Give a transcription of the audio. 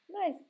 Nice